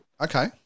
Okay